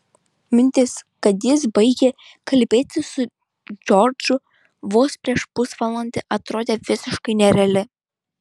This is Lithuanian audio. mintis kad jis baigė kalbėti su džordžu vos prieš pusvalandį atrodė visiškai nereali